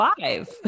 five